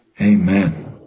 Amen